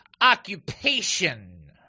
occupation